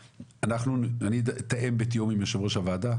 אני אתאם עם יושב ראש הוועדה,